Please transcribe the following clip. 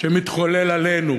שמתחולל עלינו.